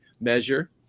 measure